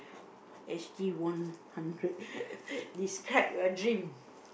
Ashley won hundred describe your dream